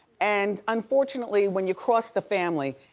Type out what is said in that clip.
and unfortunately, when you cross the family,